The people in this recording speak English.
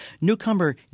Newcomer